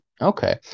Okay